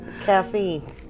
Caffeine